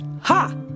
Ha